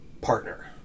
partner